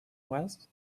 was